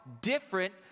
different